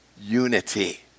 unity